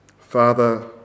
Father